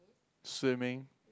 swimming